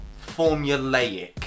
formulaic